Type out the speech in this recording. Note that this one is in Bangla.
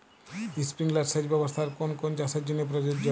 স্প্রিংলার সেচ ব্যবস্থার কোন কোন চাষের জন্য প্রযোজ্য?